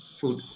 food